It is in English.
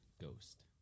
ghost